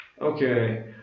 Okay